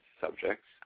subjects